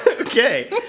Okay